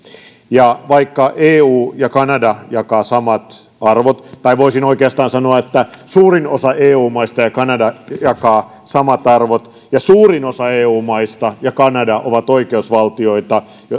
ja vaikka eu ja kanada jakavat samat arvot voisin oikeastaan sanoa että suurin osa eu maista ja kanada jakavat samat arvot ja suurin osa eu maista ja kanada ovat oikeusvaltioita ja